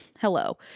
hello